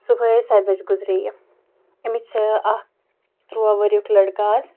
صُبحٲے سَتہِ بَجہِ گُزرے یہِ أمِس چھِ اَکھ تُرٛواہ ؤرِیُک لٔڑکہٕ آز